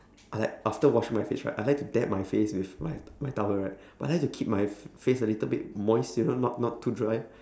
I like after washing my face right I like to dab my face with my my towel right but I like to keep my face a little bit moist you know not too dry